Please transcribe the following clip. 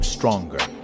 stronger